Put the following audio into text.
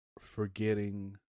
forgetting